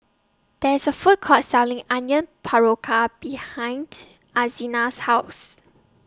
There IS A Food Court Selling Onion Pakora behind Alzina's House